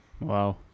Wow